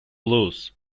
lose